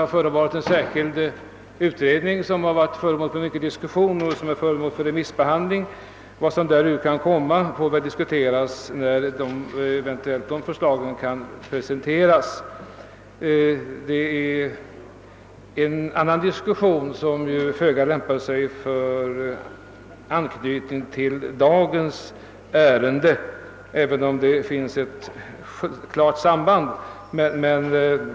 Det har gjorts en särskild utredning, som varit föremål för mycken diskussion och som har sänts ut på remiss. Vad som därur kan komma får väl diskuteras när förslagen eventuellt presenteras. Det blir en annan diskussion som föga lämpar sig för anknytning till dagens ärende — även om där finns ett klart samband.